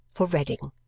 for reading.